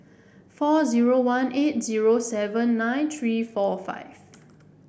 four zero one eight zero seven nine three four five